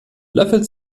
löffelt